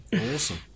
awesome